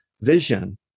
vision